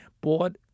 bought